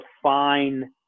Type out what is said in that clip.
define